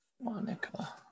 monica